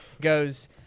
goes